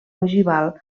ogival